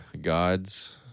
God's